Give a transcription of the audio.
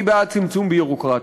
אני בעד צמצום ביורוקרטיה.